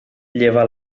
lleva